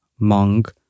Mong